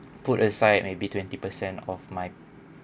put aside maybe twenty per cent of my